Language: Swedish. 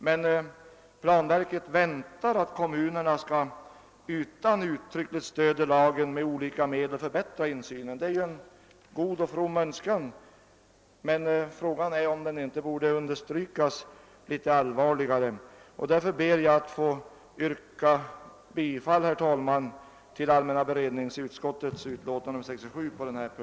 Men planverket väntar att kommunerna utan uttryckligt stöd i lagen med olika medel skall förbättra insynen. Det är ju en god och from önskan, men frågan är om den inte borde understrykas litet eftertryckligare. Därför ber jag, herr talman, att på denna punkt få yrka bifall till allmänna beredningsutskottets utlåtande nr 67.